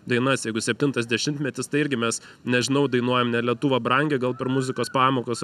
dainas jeigu septintas dešimtmetis tai irgi mes nežinau dainuojam ne lietuva brangi gal per muzikos pamokos